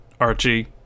archie